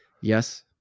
Yes